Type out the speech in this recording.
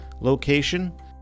location